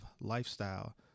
lifestyle